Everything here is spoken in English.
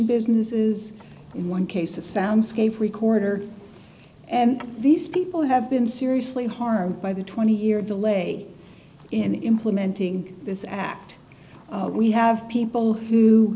businesses in one case a soundscape recorder and these people d have been seriously harmed by the twenty year delay in implementing this act we have people who